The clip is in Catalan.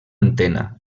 antena